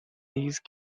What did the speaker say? these